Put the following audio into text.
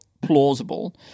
plausible